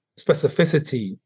specificity